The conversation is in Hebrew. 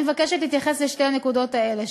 אני מבקשת להתייחס לשתי הנקודות האלה,